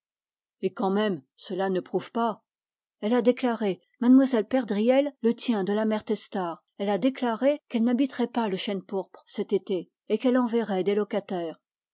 et quand même cela ne prouve pas elle a déclaré mlle perdriel le tient de la mère testard elle a déclaré qu'elle n'habiterait pas le chênepourpre cet été et qu'elle enverrait des locataires